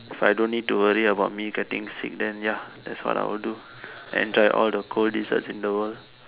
if I don't need to worry about me getting sick that ya I'd have all the cold desserts in the world